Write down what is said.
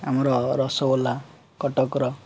ଆମର ରସଗୋଲା କଟକର